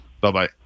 Bye-bye